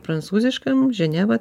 prancūziškam ženeva